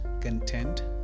content